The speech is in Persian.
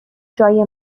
جای